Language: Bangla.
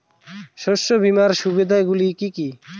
শস্য বিমার সুবিধাগুলি কি কি?